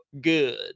good